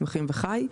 צמחים וחי".